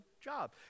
job